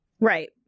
Right